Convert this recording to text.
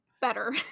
Better